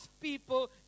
people